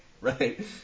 Right